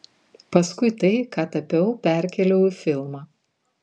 paskui tai ką tapiau perkėliau į filmą